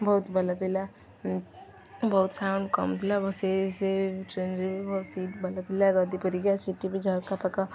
ବହୁତ ଭଲ ଥିଲା ବହୁତ ସାଉଣ୍ଡ କମ୍ ଥିଲା ବ ସେ ସେ ଟ୍ରେନରେ ବି ବହୁତ ସିଟ୍ ଭଲ ଥିଲା ଗଦି ପରିକା ସିଟ ବି ଝରକା ପାଖ